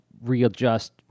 readjust